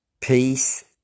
peace